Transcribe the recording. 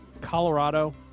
Colorado